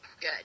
good